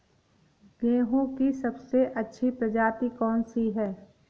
गेहूँ की सबसे अच्छी प्रजाति कौन सी है?